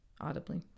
audibly